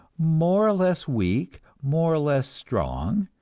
more or less weak, more or less strong,